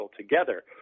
together